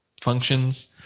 functions